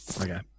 Okay